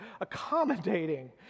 accommodating